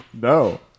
No